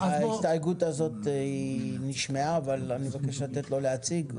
ההסתייגות הזאת נשמעה אבל אני מבקש לתת לו להציג.